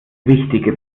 wichtige